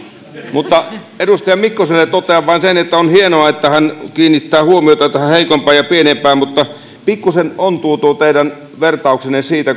mutta edustaja mikkoselle totean vain sen että on hienoa että hän kiinnittää huomiota tähän heikompaan ja pienempään mutta pikkuisen ontuu tuo teidän vertauksenne siitä